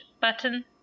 button